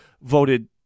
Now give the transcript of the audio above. voted